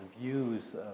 views